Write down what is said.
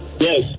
Yes